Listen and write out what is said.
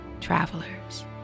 Travelers